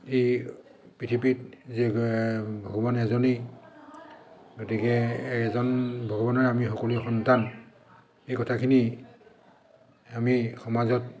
এই পৃথিৱীত যে ভগৱান এজনেই গতিকে এজন ভগৱানৰে আমি সকলোৱে সন্তান এই কথাখিনি আমি সমাজত